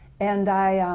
and i